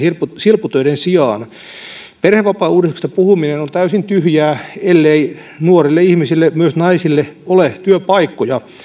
silpputöiden sijaan perhevapaauudistuksesta puhuminen on täysin tyhjää ellei nuorille ihmisille myös naisille ole työpaikkoja